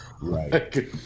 right